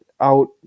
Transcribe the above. out